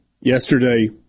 yesterday